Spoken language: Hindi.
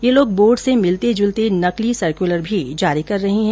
ये लोग बोर्ड से मिलते जुलते नकली सर्कलर भी जारी कर रहे हैं